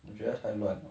我觉得很乱哦